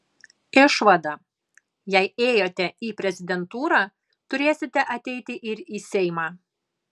išvada jei ėjote į prezidentūrą turėsite ateiti ir į seimą